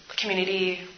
community